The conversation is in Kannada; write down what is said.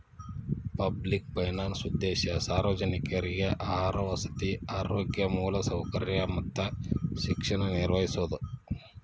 ಪಬ್ಲಿಕ್ ಫೈನಾನ್ಸ್ ಉದ್ದೇಶ ಸಾರ್ವಜನಿಕ್ರಿಗೆ ಆಹಾರ ವಸತಿ ಆರೋಗ್ಯ ಮೂಲಸೌಕರ್ಯ ಮತ್ತ ಶಿಕ್ಷಣ ನಿರ್ವಹಿಸೋದ